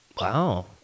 Wow